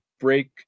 break